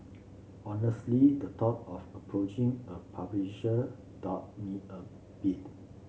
honestly the thought of approaching a publisher daunt me a bit